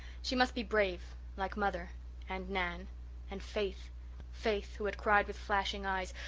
she must be brave like mother and nan and faith faith, who had cried with flashing eyes,